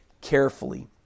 carefully